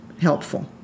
helpful